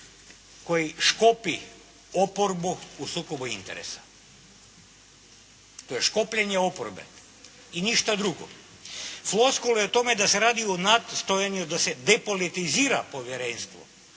koji škopi oporbu o sukobu interesa. To je škopljenje oporbe i ništa drugo. Floskule o tome da se radi o nastojanju da se depolitizira povjerenstvo